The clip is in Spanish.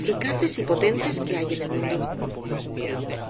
eficaces y potentes que hay en el mundo